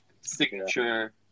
signature